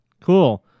Cool